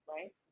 Right